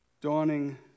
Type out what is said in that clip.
Dawning